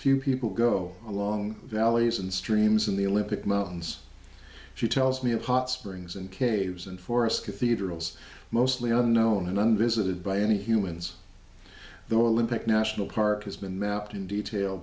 few people go along valleys and streams in the olympic mountains she tells me of hot springs and caves and forests cathedrals mostly unknown and unvisited by any humans the olympic national park has been mapped in detail